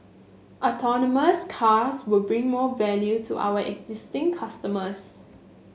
autonomous cars will bring more value to our existing customers